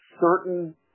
certain